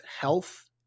health